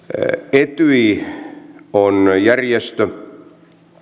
etyj on järjestö